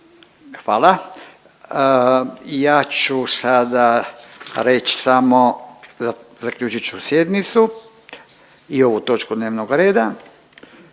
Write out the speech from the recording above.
Hvala. Ja ću sada reći samo, zaključit ću sjednicu i ovu točku dnevnog reda